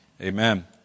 Amen